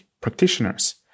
practitioners